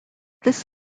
this